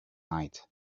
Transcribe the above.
night